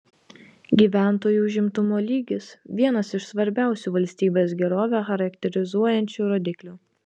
gyventojų užimtumo lygis vienas iš svarbiausių valstybės gerovę charakterizuojančių rodiklių